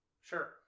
Sure